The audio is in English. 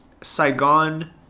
saigon